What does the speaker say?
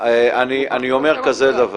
אני אומר כזה דבר,